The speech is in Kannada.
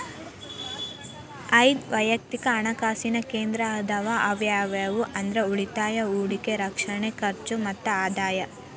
ಐದ್ ವಯಕ್ತಿಕ್ ಹಣಕಾಸಿನ ಕ್ಷೇತ್ರ ಅದಾವ ಯಾವ್ಯಾವ ಅಂದ್ರ ಉಳಿತಾಯ ಹೂಡಿಕೆ ರಕ್ಷಣೆ ಖರ್ಚು ಮತ್ತ ಆದಾಯ